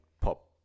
pop